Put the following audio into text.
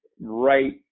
right